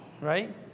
right